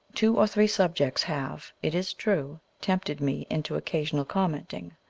two or three subjects have, it is true, tempted me into occasional commenting.